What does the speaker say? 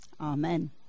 amen